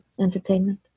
entertainment